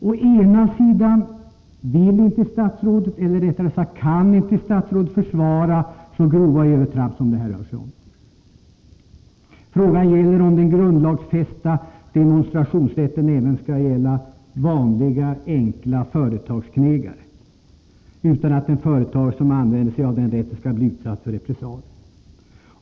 Å ena sidan vill inte — eller, rättare sagt, kan inte — statsrådet försvara så grova övertramp som det här rör sig om. Frågan gäller om den grundlagsfästa demonstrationsrätten även skall gälla vanliga, enkla företagarknegare, utan att en företagare som använder sig av den rätten skall bli utsatt för repressalier.